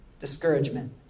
discouragement